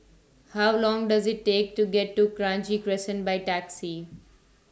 How Long Does IT Take to get to Kranji Crescent By Taxi